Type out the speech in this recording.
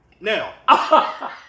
Now